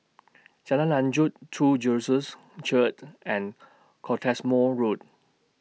Jalan Lanjut True Jesus Church and Cottesmore Road